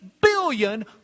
billion